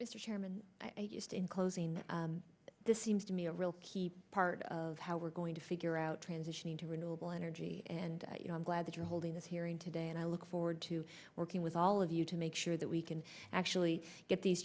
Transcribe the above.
mr chairman i just in closing this seems to me a real key part of how we're going to figure out transitioning to renewable energy and you know i'm glad that you're holding this hearing today and i look forward to working with all of you to make sure that we can actually get these